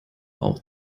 auch